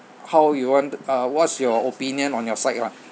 how you want uh what's your opinion on your side lah